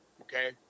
Okay